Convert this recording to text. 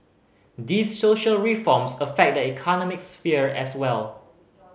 these social reforms affect the economic sphere as well